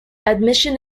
admission